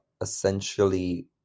essentially